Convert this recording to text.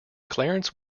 clarence